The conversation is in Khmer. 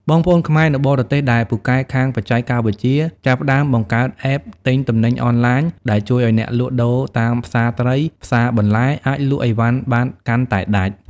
បងប្អូនខ្មែរនៅបរទេសដែលពូកែខាង "បច្ចេកវិទ្យា" ចាប់ផ្ដើមបង្កើត App ទិញទំនិញអនឡាញ ដែលជួយឱ្យអ្នកលក់ដូរតាមផ្សារត្រី ផ្សារបន្លែ អាចលក់អីវ៉ាន់បានកាន់តែដាច់។